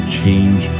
change